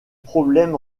problème